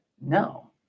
No